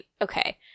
Okay